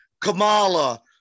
Kamala